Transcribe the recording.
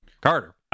Carter